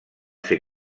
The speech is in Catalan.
ser